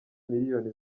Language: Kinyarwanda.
miliyoni